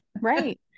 right